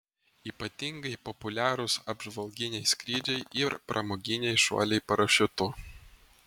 ypatingai populiarūs apžvalginiai skrydžiai ir pramoginiai šuoliai parašiutu